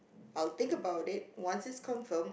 I will think about it once it's confirmed